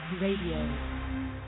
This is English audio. Radio